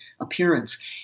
appearance